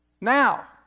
now